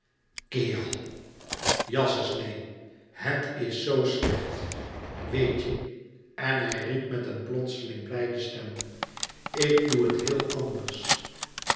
kerel jasses neen het is zo slecht weet je en hij riep met een plotseling blijde stem ik doe het heel anders